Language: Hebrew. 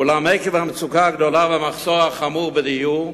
אולם עקב המצוקה הגדולה והמחסור החמור בדיור,